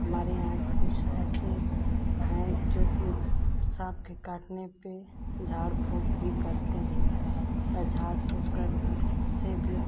हमारे यहाँ के कुछ ऐसे हैं जो कि सांप के काटने पर झाड़ फूँक भी करते हैं झाड़ फूँक कर से भी